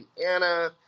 Indiana